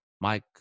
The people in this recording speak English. Mike